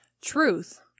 Truth